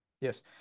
Yes